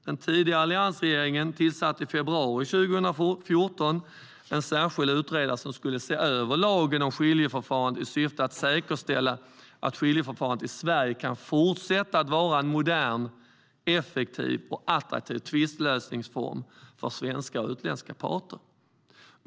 Den tidigare alliansregeringen tillsatte i februari 2014 en särskild utredare som skulle se över lagen om skiljeförfarande i syfte att säkerställa att skiljeförfarandet i Sverige kan fortsätta att vara en modern, effektiv och attraktiv tvistlösningsform för svenska och utländska parter.